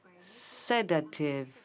sedative